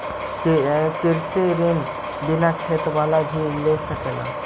कृषि ऋण बिना खेत बाला भी ले सक है?